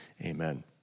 amen